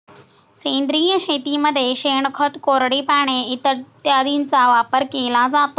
सेंद्रिय शेतीमध्ये शेणखत, कोरडी पाने इत्यादींचा वापर केला जातो